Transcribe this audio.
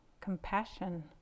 compassion